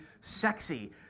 sexy